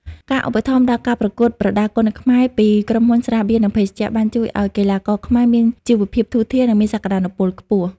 ការឧបត្ថម្ភដល់ ការប្រកួតប្រដាល់គុនខ្មែរ ពីក្រុមហ៊ុនស្រាបៀរ និងភេសជ្ជៈ បានជួយឱ្យកីឡាករខ្មែរមានជីវភាពធូរធារ និងមានសក្តានុពលខ្ពស់។